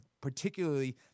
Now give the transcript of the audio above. particularly